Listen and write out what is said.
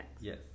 Yes